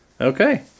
Okay